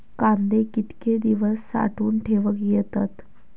कांदे कितके दिवस साठऊन ठेवक येतत?